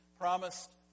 promised